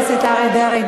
חבר הכנסת אריה דרעי,